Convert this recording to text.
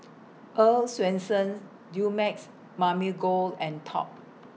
Earl's Swensens Dumex Mamil Gold and Top